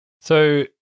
So-